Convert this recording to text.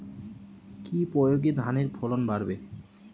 কি প্রয়গে ধানের ফলন বাড়বে?